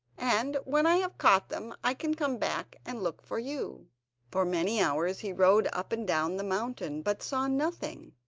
and when i have caught them, i can come back and look for you for many hours he rode up and down the mountain, but saw nothing,